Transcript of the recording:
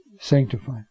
sanctify